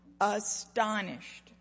astonished